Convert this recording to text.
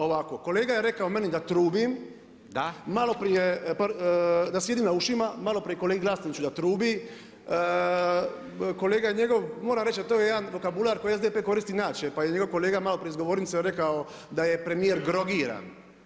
Ovako, kolega je rekao meni da trubim, maloprije da sjedim na ušima, maloprije kolegi Glasnoviću da trubi, kolega njegov, moram reći a to je jedan vokabular koji SDP koristi najčešće pa je njegov kolega maloprije iz govornice rekao da j premijer grogiran.